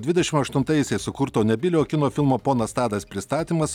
dvidešimt aštuntaisiais sukurto nebyliojo kino filmo ponas tadas pristatymas